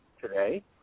today